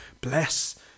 bless